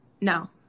no